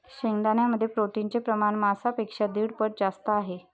शेंगदाण्यांमध्ये प्रोटीनचे प्रमाण मांसापेक्षा दीड पट जास्त आहे